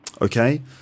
okay